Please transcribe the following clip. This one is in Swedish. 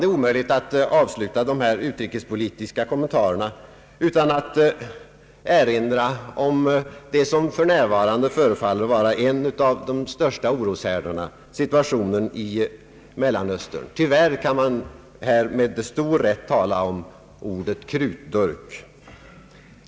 Det är omöjligt att avsluta dessa utrikespolitiska kommentarer utan att erinra om det som för närvarande förefaller vara en av de största oroshärdarna: situationen i Mellersta Östern. Tyvärr kan man här med stor rätt använda ordet krutdurk.